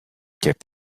kept